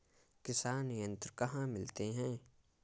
किसान यंत्र कहाँ मिलते हैं?